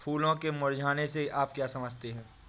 फूलों के मुरझाने से क्या आप समझते हैं?